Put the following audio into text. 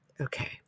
okay